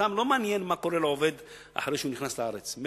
אותם לא מעניין מה קורה לעובד אחרי שהוא נכנס לארץ.